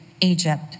Egypt